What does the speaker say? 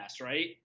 right